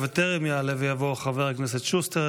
בטרם יעלה ויבוא חבר הכנסת שוסטר,